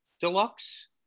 deluxe